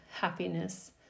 happiness